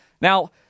Now